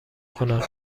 کنم